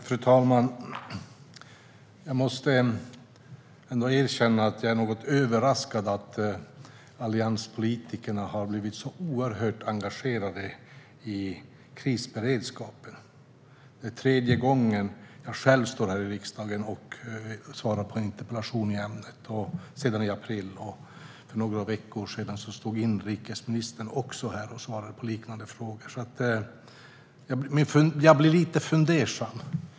Fru talman! Jag måste erkänna att jag är något överraskad över att allianspolitikerna har blivit så oerhört engagerade i krisberedskapen. Det är tredje gången sedan i april som jag står här i riksdagen och svarar på en interpellation i ämnet. För några veckor sedan stod inrikesministern också här och svarade på liknande frågor. Jag blir lite fundersam.